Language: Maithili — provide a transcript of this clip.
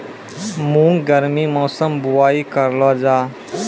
मूंग गर्मी मौसम बुवाई करलो जा?